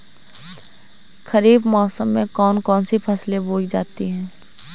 खरीफ मौसम में कौन कौन सी फसलें बोई जाती हैं?